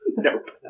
Nope